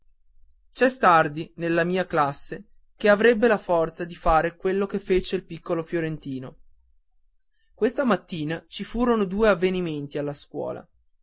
c'è stardi nella mia classe che avrebbe la forza di fare quello che fece il piccolo fiorentino questa mattina ci furono due avvenimenti alla scuola